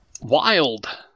Wild